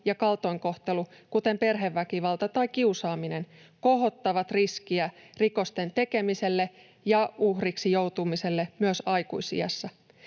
ja kaltoinkohtelu, kuten perheväkivalta tai kiusaaminen, kohottavat riskiä rikosten tekemiselle ja uhriksi joutumiselle myös aikuisiässä.